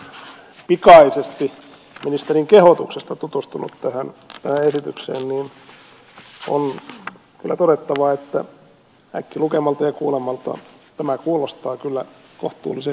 kun olen pikaisesti ministerin kehotuksesta tutustunut tähän esitykseen niin on kyllä todettava että äkkilukemalta ja kuulemalta tämä kuulostaa kyllä kohtuullisen hyvältä